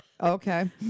Okay